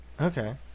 okay